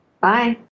Bye